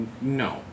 no